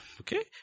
Okay